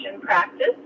practice